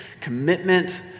commitment